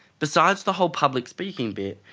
besides the whole public speaking bit,